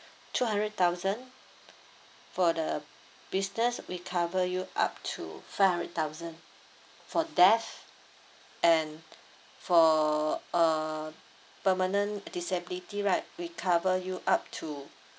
two hundred thousand for the business we cover you up to five hundred thousand for death and for uh permanent disability right we cover you up to